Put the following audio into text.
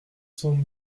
sommes